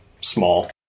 small